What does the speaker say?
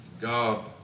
God